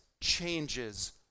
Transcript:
changes